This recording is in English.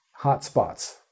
hotspots